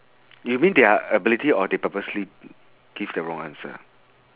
you mean their ability or they purposely give the wrong answer